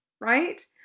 right